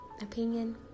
opinion